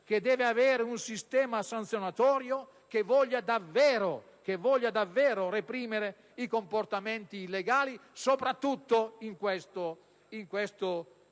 che deve avere un sistema sanzionatorio che voglia davvero reprimere i comportamenti illegali. Come sapete e come